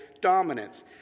dominance